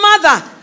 mother